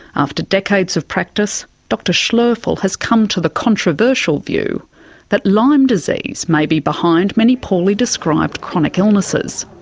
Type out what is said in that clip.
after decades of practice, dr schloeffel has come to the controversial view that lyme disease may be behind many poorly described chronic illnesses.